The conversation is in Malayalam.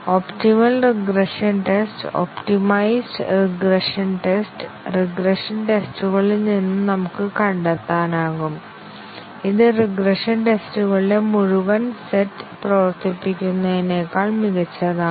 optimal regression test optimised regression test regression ടെസ്റ്റുകളിൽ നിന്ന് നമുക്ക് കണ്ടെത്താനാകും ഇത് റിഗ്രഷൻ ടെസ്റ്റുകളുടെ മുഴുവൻ സെറ്റ് പ്രവർത്തിപ്പിക്കുന്നതിനേക്കാൾ മികച്ചതാണ്